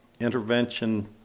intervention